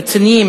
רציניים,